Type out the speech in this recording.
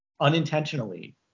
unintentionally